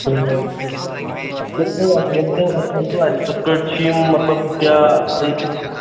تہٕ اَسہِ ؤنۍتو اَسہِ ؤنۍتَو اَسہِ ؤنۍتَو اَسہِ کِتھٕ پٲٹھۍ چھِ یِم مطلب کیٛاہ